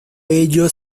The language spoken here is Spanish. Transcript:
ello